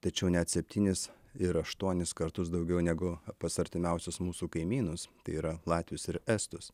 tačiau net septynis ir aštuonis kartus daugiau negu pas artimiausius mūsų kaimynus tai yra latvius ir estus